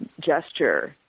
gesture